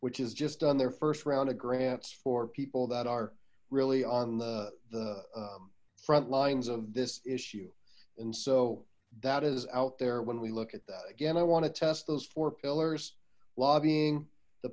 which is just on their first round of grants for people that are really on the front lines of this issue and so that is out there when we look at that again i want to test those four pillars lobbying the